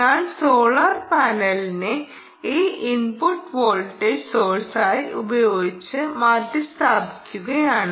ഞാൻ സോളാർ പാനലിനെ ഈ ഇൻപുട്ട് വോൾട്ടേജ് സോഴ്സായി ഉപയോഗിച്ച് മാറ്റിസ്ഥാപിക്കുകയാണ്